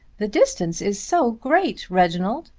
the distance is so great, reginald,